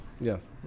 Yes